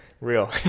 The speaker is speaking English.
Real